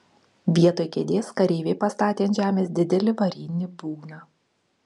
vietoj kėdės kareiviai pastatė ant žemės didelį varinį būgną